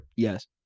Yes